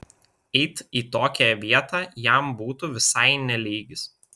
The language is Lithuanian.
eit į tokią vietą jam būtų visai ne lygis